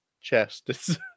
chest